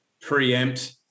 preempt